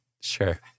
sure